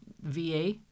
VA